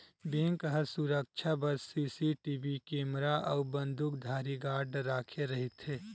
bank ह सुरक्छा बर सीसीटीवी केमरा अउ बंदूकधारी गार्ड राखे रहिथे